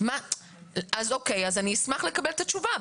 אני אשמח לקבל את התשובה.